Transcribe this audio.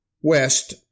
west